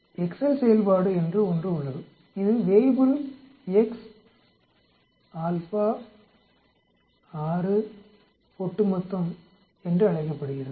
Excel செயல்பாடு ஒன்று உள்ளது இது வேய்புல் ஒட்டுமொத்தம் என்று அழைக்கப்படுகிறது